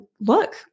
Look